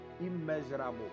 Immeasurable